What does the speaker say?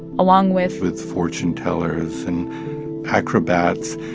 along with. with fortune tellers and acrobats,